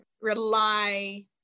rely